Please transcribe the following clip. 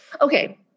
Okay